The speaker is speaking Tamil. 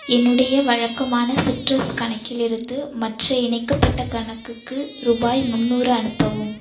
என்னுடைய வழக்கமான சிட்ரஸ் கணக்கிலிருந்து மற்ற இணைக்கப்பட்ட கணக்குக்கு ரூபாய் முந்நூறு அனுப்பவும்